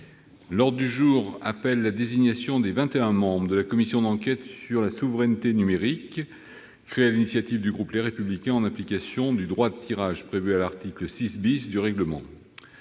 L'ordre du jour appelle la désignation des vingt et un membres de la commission d'enquête sur la souveraineté numérique, créée sur l'initiative du groupe Les Républicains en application du droit de tirage prévu par l'article 6 du règlement.